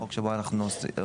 החוק שבו אנחנו עוסקים,